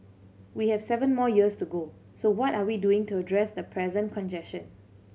we have seven more years to go so what are we doing to address the present congestion